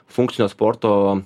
funkcinio sporto